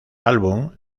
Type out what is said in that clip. álbum